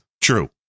True